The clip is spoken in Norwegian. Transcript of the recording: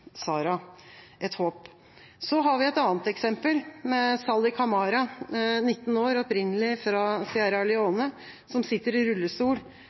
et håp. Så har vi et annet eksempel i Sally Kamara, 19 år, opprinnelig fra Sierra Leone, som sitter i rullestol,